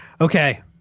Okay